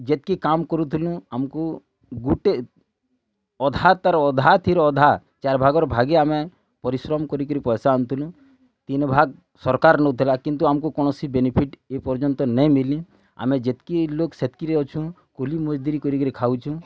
ଯେତକି କାମ୍ କରୁଥୁନୁ ଆମକୁ ଗୁଟେ ଅଧା ତା'ର ଅଧା ତିରୁ ଅଧା ଚାର୍ ଭାଗରେ ଭାଗେ ଆମେ ପରିଶ୍ରମ କରିକିରି ପଇସା ଆନୁଥିଲୁ ତିନି ଭାଗ ସରକାର୍ ନଉଥିଲା କିନ୍ତୁ ଆମକୁ କୌଣସି ବେନିଫିଟ୍ ଏପର୍ଯ୍ୟନ୍ତ ନାଇଁ ମିଲି ଆମେ ଯେତ୍କି ଲୋକ ସେତ୍କିରେ ଅଛୁ କୁଲି ମଜ୍ଦୁରୀ କରିକିରି ଖାଉଛୁଁ